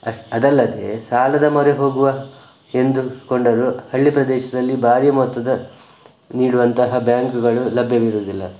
ಅದಲ್ಲದೇ ಸಾಲದ ಮೊರೆ ಹೋಗುವ ಎಂದುಕೊಂಡರೂ ಹಳ್ಳಿ ಪ್ರದೇಶದಲ್ಲಿ ಭಾರಿ ಮೊತ್ತದ ನೀಡುವಂತಹ ಬ್ಯಾಂಕುಗಳು ಲಭ್ಯವಿರುವುದಿಲ್ಲ